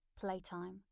Playtime